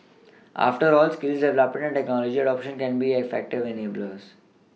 after all skills development and technology adoption can be effective enablers